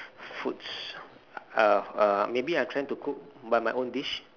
foods uh uh maybe I try to cook by my own dish